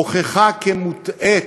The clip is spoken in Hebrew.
הוכחה כמוטעית.